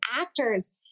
actors